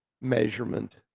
measurement